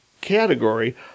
category